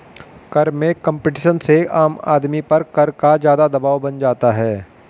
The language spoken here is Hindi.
कर में कम्पटीशन से आम आदमी पर कर का ज़्यादा दवाब बन जाता है